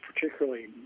particularly